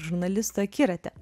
žurnalistų akiratį